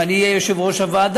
אם אני אהיה יושב-ראש הוועדה,